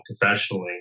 professionally